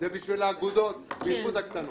שמעת יורם?